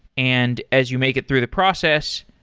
and as you make it through the process,